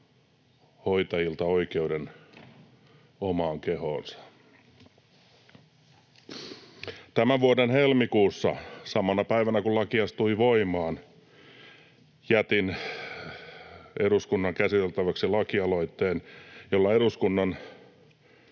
hoitajilta oikeuden omaan kehoonsa. Tämän vuoden helmikuussa, samana päivänä, kun laki astui voimaan, jätin eduskunnan käsiteltäväksi lakialoitteen, jolla eduskunnan